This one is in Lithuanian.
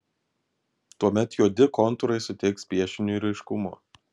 tuomet juodi kontūrai suteiks piešiniui raiškumo